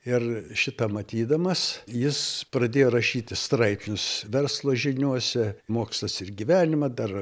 ir šitą matydamas jis pradėjo rašyti straipsnius verslo žiniose mokslas ir gyvenimą dar